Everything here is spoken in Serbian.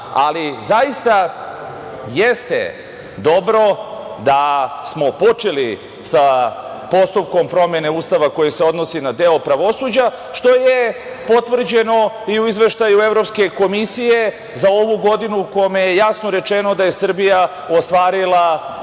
alizaista, jeste dobro da smo počeli sa postupkom promene Ustava koji se odnosi na deo pravosuđa što je potvrđeno i u izveštaju Evropske komisije za ovu godinu u kome je jasno rečeno da je Srbija ostvarila